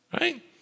Right